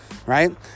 Right